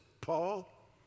Paul